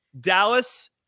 Dallas